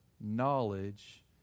knowledge